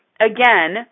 again